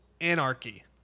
anarchy